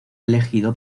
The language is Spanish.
elegido